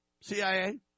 CIA